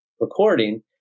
recording